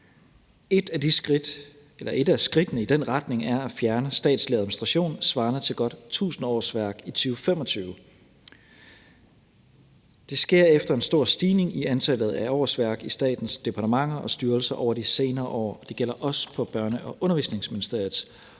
Et af skridtene i den retning er at fjerne statslig administration svarende til godt 1.000 årsværk i 2025. Det sker efter en stor stigning i antallet af årsværk i statens departementer og styrelser over de senere år, og det gælder også for Børne- og Undervisningsministeriets område,